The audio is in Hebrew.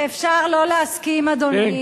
אפשר לא להסכים, אדוני.